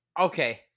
okay